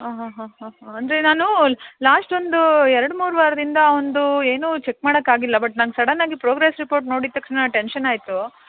ಹಾಂ ಹಾಂ ಹಾಂ ಹಾಂ ಹಾಂ ಅಂದರೆ ನಾನು ಲಾಸ್ಟ್ ಒಂದು ಎರ್ಡ್ಮೂರು ವಾರದಿಂದ ಅವ್ನದು ಏನು ಚೆಕ್ ಮಾಡೋಕ್ಕೆ ಆಗಿಲ್ಲ ಬಟ್ ನಾನು ಸಡನ್ನಾಗಿ ಪ್ರೋಗ್ರೆಸ್ ರಿಪೋರ್ಟ್ ನೋಡಿದ ತಕ್ಷಣ ಟೆಂಕ್ಷನ್ ಆಯ್ತು